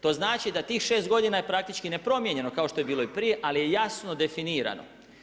To znači da tih 6 godina je praktički nepromijenjeno kao što je bilo i prije ali je jasno definirano.